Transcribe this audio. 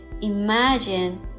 imagine